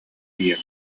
тиийэн